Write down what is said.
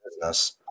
business